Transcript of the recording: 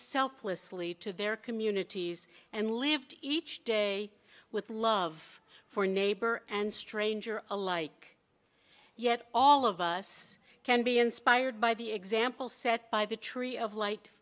selflessly to their communities and lived each day with love for neighbor and stranger alike yet all of us can be inspired by the example set by the tree of light